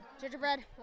Gingerbread